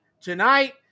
tonight